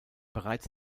bereits